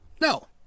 No